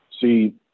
See